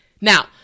Now